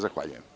Zahvaljujem.